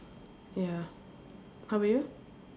ya how about you